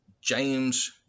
James